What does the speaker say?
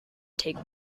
take